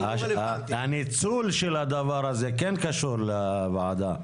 הניצול של הדבר הזה קשור לוועדה.